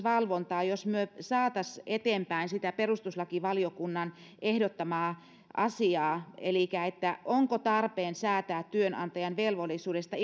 valvontaa helpottaisi jos me saisimme eteenpäin sitä perustuslakivaliokunnan ehdottamaa asiaa että onko tarpeen säätää työnantajan velvollisuudesta